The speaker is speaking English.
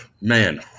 man